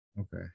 Okay